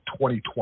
2020